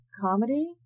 comedy